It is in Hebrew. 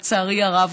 לצערי הרב,